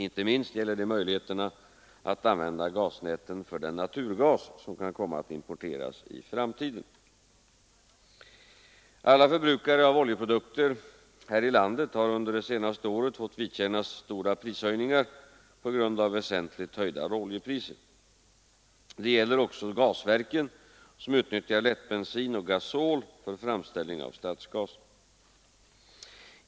Inte minst gäller det möjligheterna att använda gasnäten för den naturgas som kan komma att importeras i framtiden. Alla förbrukare av oljeprodukter här i landet har under det senaste året fått vidkännas stora prishöjningar på grund av väsentligt höjda råoljepriser. Det gäller också gasverken som utnyttjar lättbensin och gasol för framställning av stadsgas.